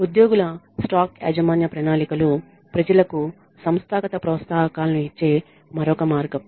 ఉద్యోగుల స్టాక్ యాజమాన్య ప్రణాళికలు ప్రజలకు సంస్థాగత ప్రోత్సాహకాలను ఇచ్చే మరొక మార్గం